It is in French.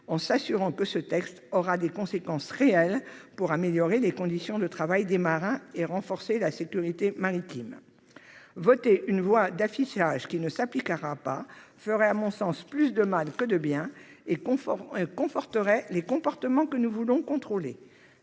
en nous assurant que ce texte aura des conséquences réelles, qu'il permettra d'améliorer les conditions de travail des marins et de renforcer la sécurité maritime. Voter une loi d'affichage qui ne s'appliquera pas ferait à mon sens plus de mal que de bien et conforterait les comportements que nous voulons contrôler.